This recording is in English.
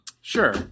sure